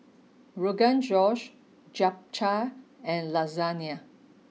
Rogan Josh Japchae and Lasagne